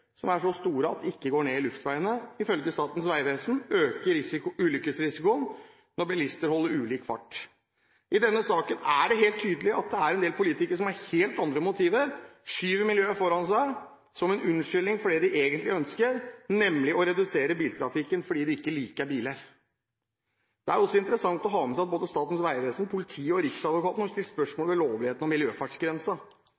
er så store at de ikke går ned i luftveiene. Ifølge Statens vegvesen øker ulykkesrisikoen når bilister holder ulik fart. I denne saken er det helt tydelig at det er en del politikere som har helt andre motiver. De skyver miljøet foran seg som en unnskyldning for det de egentlig ønsker, nemlig å redusere biltrafikken fordi de ikke liker biler. Det er også interessant å ha med seg at både Statens vegvesen, politiet og riksadvokaten har stilt